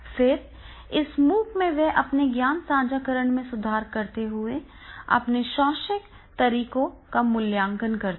फिर इस MOOC में वे अपने ज्ञान साझाकरण में सुधार करते हुए अपने शैक्षणिक तरीकों का मूल्यांकन करते हैं